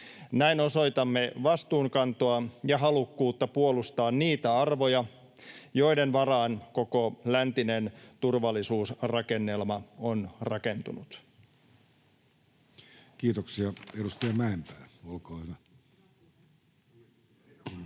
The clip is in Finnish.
Näin osoitamme vastuunkantoa ja halukkuutta puolustaa niitä arvoja, joiden varaan koko läntinen turvallisuusrakennelma on rakentunut. [Speech 10] Speaker: Jussi Halla-aho